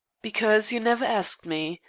because you never asked me.